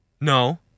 No